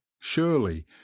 surely